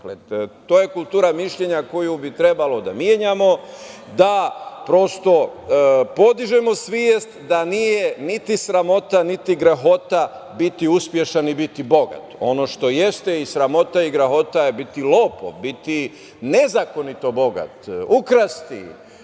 Dakle, to je kultura mišljenja koju bi trebalo da menjamo da prosto podižemo svest da nije niti sramota, niti greh biti uspešan i biti bogat. Ono što jeste i sramota i greh je biti lopov, biti nezakonito bogat, ukrasti